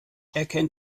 erkennt